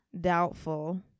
Doubtful